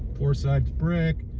four sides brick,